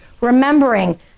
remembering